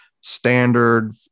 standard